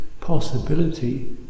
possibility